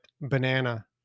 banana